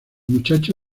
muchacho